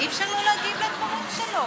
אני מבקש ממך לשבת, חבר הכנסת אורן חזן.